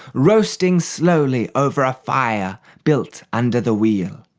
roasting slowly over a fire built under the wheel.